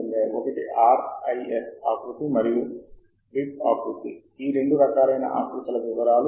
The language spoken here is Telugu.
క్రొత్త ప్రారంభమయిన ప్రచురణ తేదీ నుండి ఎందుకంటే ఆ ప్రాంతంలో వస్తున్న తాజా ప్రచురణ ఏమిటో మీరు చూస్తారు